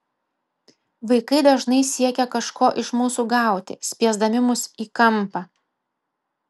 vaikai dažnai siekia kažko iš mūsų gauti spiesdami mus į kampą